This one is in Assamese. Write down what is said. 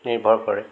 নিৰ্ভৰ কৰে